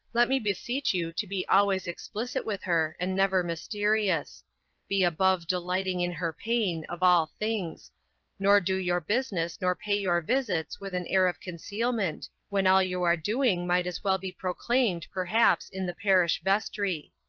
let me beseech you to be always explicit with her and never mysterious be above delighting in her pain, of all things nor do your business nor pay your visits with an air of concealment, when all you are doing might as well be proclaimed perhaps in the parish vestry.